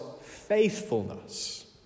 faithfulness